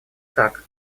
так